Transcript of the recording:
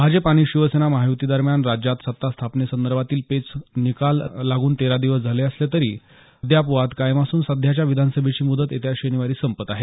भाजप आणि शिवसेना महायुती दरम्यान राज्यात सत्ता स्थापनेसंदर्भातील पेच निकाल लागून तेरा दिवस असले तरी अद्याप कायम असून सध्याच्या विधानसभेची मुदत येत्या शनिवारी संपत आहे